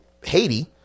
Haiti